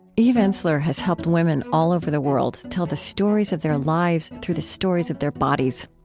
eve ensler has helped women all over the world tell the stories of their lives through the stories of their bodies.